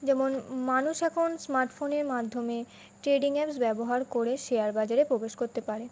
যেমন মানুষ এখন স্মার্ট ফোনের মাধ্যমে ট্রেডিং অ্যাপ ব্যবহার করে শেয়ার বাজারে প্রবেশ করতে পারে